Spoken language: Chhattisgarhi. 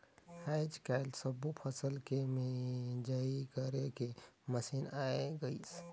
आयज कायल सब्बो फसल के मिंजई करे के मसीन आये गइसे